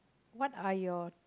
what are your